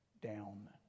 down